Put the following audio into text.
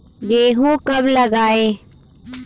गेहूँ कब लगाएँ?